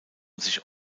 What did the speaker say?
sich